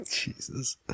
Jesus